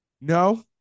No